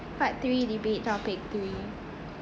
part three debate topic three